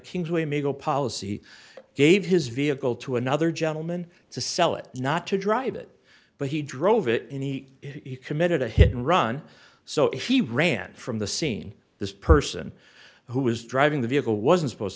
king's way may go policy gave his vehicle to another gentleman to sell it not to drive it but he drove it and he committed a hit and run so if he ran from the scene this person who was driving the vehicle wasn't supposed